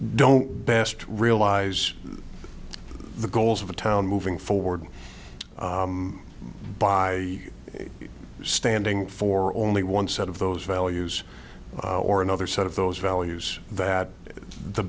don't best realize the goals of a town moving forward by standing for only one set of those values or another set of those values that the